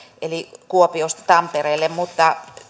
eli kuopiosta tampereelle mutta